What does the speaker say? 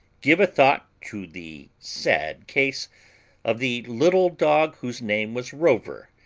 give a thought to the sad case of the little dog whose name was rover,